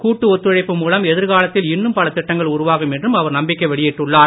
கூட்டு ஒத்துழைப்பு மூலம் எதிர்காலத்தில் இன்னும் பல திட்டங்கள் உருவாகும் என்றும் அவர் நம்பிக்கை வெளியிட்டுள்ளார்